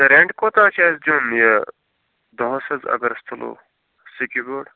rent کوٗتاہ چھُ اَسہِ دِیُن یہ دۄہس حظ اگر أسۍ تُلو سِکی بورڈ